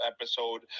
episode